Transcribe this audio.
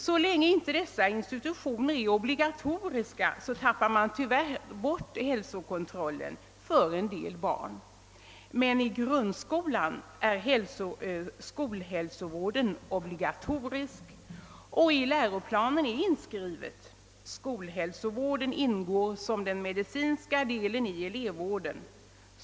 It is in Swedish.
Så länge inte dessa institutioner är obligatoriska tappar man tyvärr bort hälsokontrollen för en del barn. Men i grundskolan är skolhälsovården obligatorisk, och i läroplanen är inskrivet: »Skolhälsovården ingår som den medicinska delen i elevvården.